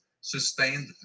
sustained